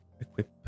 Equip